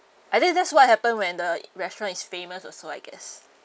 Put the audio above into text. I think that's what happened when the restaurant is famous also I guess